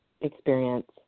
experience